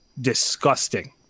disgusting